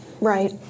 Right